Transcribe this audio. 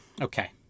okay